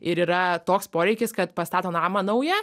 ir yra toks poreikis kad pastato namą naują